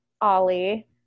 ollie